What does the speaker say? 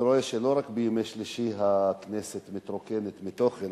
אני רואה שלא רק בימי שלישי הכנסת מתרוקנת מתוכן,